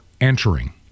entering